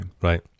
right